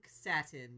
satin